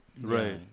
Right